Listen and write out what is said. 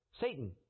Satan